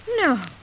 No